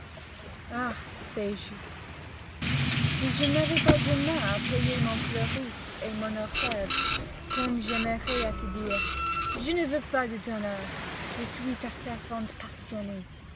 ah fais-je si je n'avais pas demain à payer mon fleuriste et mon orfèvre comme j'aimerais à te dire je ne veux pas de ton or je suis ta servante passionnée